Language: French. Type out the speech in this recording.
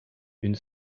une